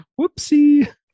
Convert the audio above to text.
whoopsie